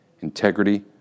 integrity